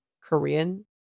Korean